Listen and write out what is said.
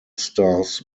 stars